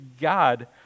God